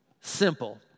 simple